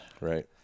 Right